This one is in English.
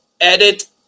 Edit